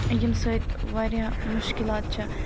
ییٚمہِ سۭتۍ واریاہ مُشکلات چھِ